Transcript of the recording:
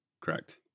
Correct